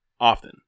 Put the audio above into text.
often